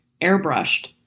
airbrushed